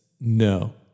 No